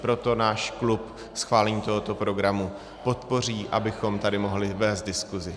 Proto náš klub schválení tohoto programu podpoří, abychom tady mohli vést diskusi.